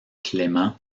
clément